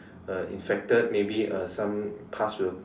uh infected uh maybe some pus will